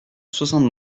soixante